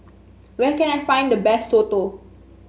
where can I find the best Soto